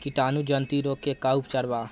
कीटाणु जनित रोग के का उपचार बा?